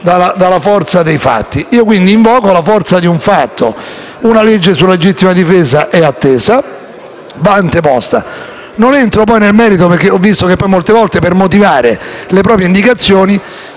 dalla forza dei fatti. Invoco quindi la forza di un fatto: una legge sulla legittima difesa è attesa e va a anteposta. Non entro poi nel merito, perché ho visto che, molte volte, per motivare le proprie indicazioni